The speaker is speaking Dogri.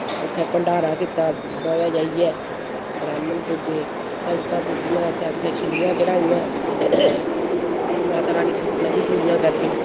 उत्थै भण्डारा दित्ता बाह्वै जाइयै ब्रहाम्ण पूज्जे कंजकां पूज्जियां असें उत्थै छिल्लियां चढ़ाइयां ते माता रानी सुक्खनां बी पूरियां करदी